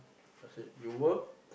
I said you work